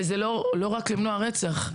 זה לא רק למנוע רצח.